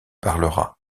parlera